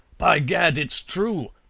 by gad, it's true!